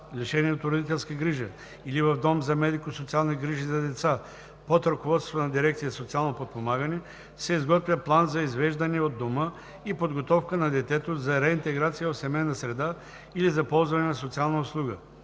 лишени от родителска грижа, или в дом за медико-социални грижи за деца, под ръководството на дирекция „Социално подпомагане“ се изготвя план за извеждане от дома и подготовка на детето за реинтеграция в семейна среда или за ползване на социална услуга.